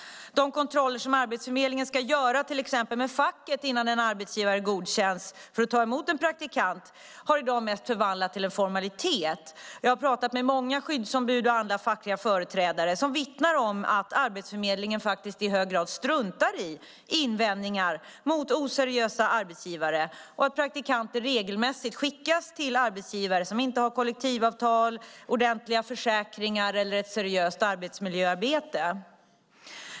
De kontroller som Arbetsförmedlingen ska göra till exempel med facket innan en arbetsgivare godkänns för att ta emot en praktikant har i dag mest förvandlats till en formalitet. Jag har pratat med många skyddsombud och andra fackliga företrädare som vittnar om att Arbetsförmedlingen i hög grad struntar i invändningar mot oseriösa arbetsgivare och att praktikanter regelmässigt skickas till arbetsgivare som inte har kollektivavtal, ordentliga försäkringar eller ett seriöst arbetsmiljöarbete.